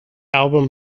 album